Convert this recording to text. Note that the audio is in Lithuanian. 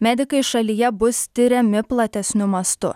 medikai šalyje bus tiriami platesniu mastu